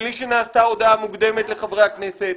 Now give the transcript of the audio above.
מבלי שנעשתה הודעה מוקדמת לחברי הכנסת.